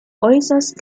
äußerst